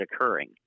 occurring